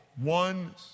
one